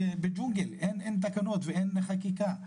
בגוגל, אין תקנות ואין חקיקה.